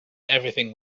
everything